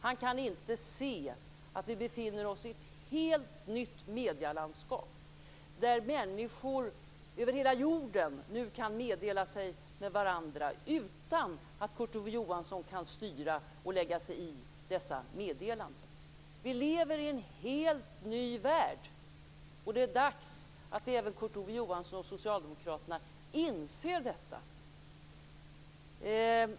Han kan inte se att vi befinner oss i ett helt nytt medielandskap. Människor över hela jorden kan numera meddela sig med varandra utan att Kurt Ove Johansson kan styra och lägga sig i dessa meddelanden. Vi lever i en helt ny värld. Det är dags att även Kurt Ove Johansson och Socialdemokraterna inser detta.